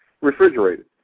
refrigerated